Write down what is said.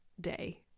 day